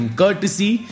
courtesy